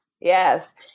Yes